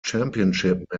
championship